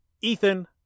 Ethan